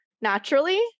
naturally